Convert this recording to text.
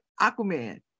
aquaman